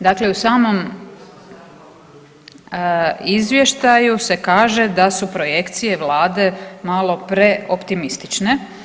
Dakle u samom izvještaju se kaže da su projekcije Vlade malo preoptimistične.